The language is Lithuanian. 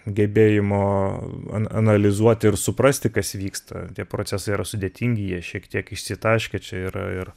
gebėjimo an analizuoti ir suprasti kas vyksta tie procesai yra sudėtingi jie šiek tiek išsitaškę čia yra ir